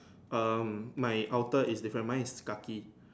um my outer is different mine is khaki